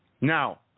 Now